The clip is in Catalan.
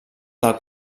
del